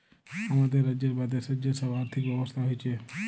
হামাদের রাজ্যের বা দ্যাশের যে সব আর্থিক ব্যবস্থা হচ্যে